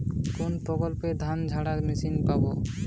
কোনপ্রকল্পে ধানঝাড়া মেশিন পাব?